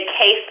case